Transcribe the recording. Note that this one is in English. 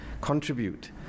contribute